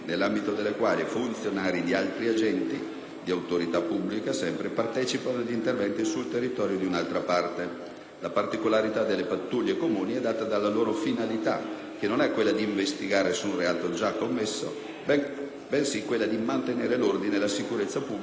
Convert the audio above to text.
di autorità pubblica partecipano ad interventi sul territorio di un'altra parte. La particolarità delle pattuglie comuni è data dalla loro finalità che non è quella di investigare su un reato già commesso bensì quella di mantenere l'ordine e la sicurezza pubblica e prevenire la commissione di reati.